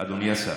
אדוני השר,